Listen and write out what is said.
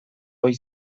ohi